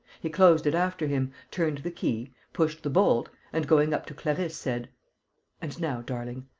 he closed it after him, turned the key, pushed the bolt and, going up to clarisse, said and now, darling,